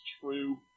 true